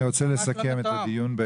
אני רוצה לסכם את הדיון.